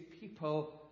people